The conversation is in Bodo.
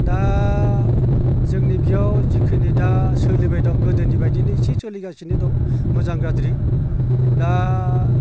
दा जोंनि बेयाव जिखिनि दा सोलिबाय दं गोदोनि बायदिनो एसे सोलिगासिनो दं मोजां गाज्रि दा